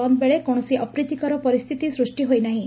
ବନ୍ଦ୍ ବେଳେ କୌଣସି ଅପ୍ରୀତିକର ପରିସ୍ଥିତି ସୂଷ୍ ହୋଇ ନାହିଁ